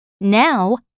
Now